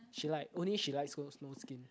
she like only she likes snow snow skin